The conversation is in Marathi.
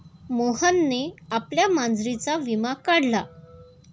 मोहनने आपल्या मांजरीचा विमा काढला